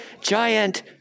giant